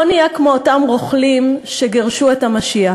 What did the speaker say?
לא נהיה כמו אותם רוכלים שגירשו את המשיח.